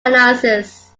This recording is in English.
analysis